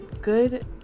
good